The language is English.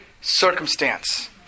circumstance